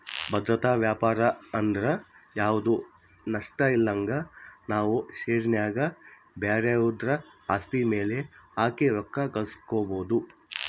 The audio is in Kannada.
ಭದ್ರತಾ ವ್ಯಾಪಾರಂದ್ರ ಯಾವ್ದು ನಷ್ಟಇಲ್ದಂಗ ನಾವು ಷೇರಿನ್ಯಾಗ ಬ್ಯಾರೆವುದ್ರ ಆಸ್ತಿ ಮ್ಯೆಲೆ ಹಾಕಿ ರೊಕ್ಕ ಗಳಿಸ್ಕಬೊದು